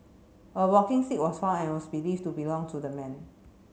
a walking stick was found and was believed to belong to the man